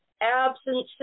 absences